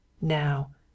Now